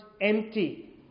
empty